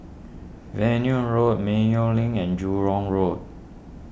Venus Road Mayo Linn and Jurong Road